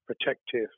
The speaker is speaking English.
protective